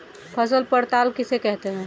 फसल पड़ताल किसे कहते हैं?